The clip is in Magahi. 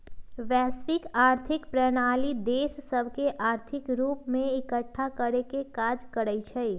वैश्विक आर्थिक प्रणाली देश सभके आर्थिक रूप से एकठ्ठा करेके काज करइ छै